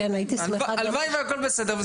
הלוואי והכל בסדר.